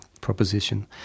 proposition